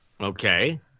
Okay